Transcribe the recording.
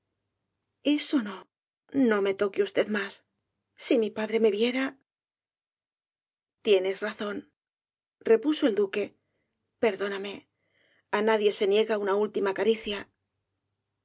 eso no no me toque usted más si mi padre me viera tienes razónrepuso el duque perdóname á nadie se niega una última caricia